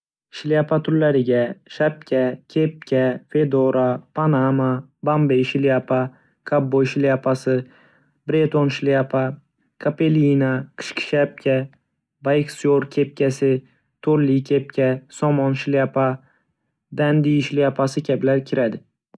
Shlyapa turlariga: Shapka, kepka, fedora, panama, bo‘mbey shlyapa, kovboy shlyapasi, breton shlyapa, kapelina, qishki shapka, bayksyor kepkasi, to‘rli kepka, somon shlyapa, dandy shlyapasi kabilar kiradi.